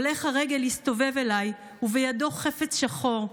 הולך הרגל הסתובב אליי ובידו חפץ שחור.